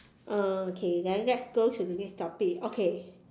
uh okay then let's go to the next topic okay